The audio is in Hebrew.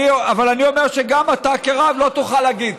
אבל אני אומר שגם אתה כרב לא תוכל להגיד.